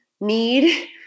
need